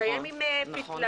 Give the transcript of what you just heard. ולהביא לפתרון הבעיה.